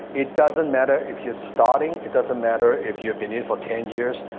it doesn't matter if you're starting. it doesn't matter if you've been in for ten years.